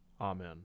Amen